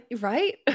right